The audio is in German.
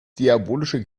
diabolische